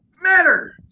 matter